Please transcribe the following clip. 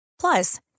Plus